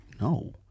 No